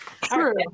True